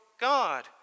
God